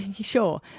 Sure